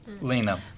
Lena